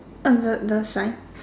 uh the the sign